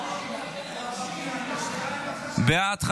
בעד,